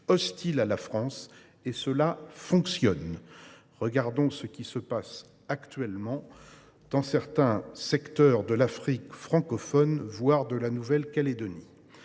hostile à la France. Cela fonctionne : regardons ce qui se passe actuellement dans certaines zones de l’Afrique francophone, voire en Nouvelle Calédonie.